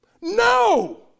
No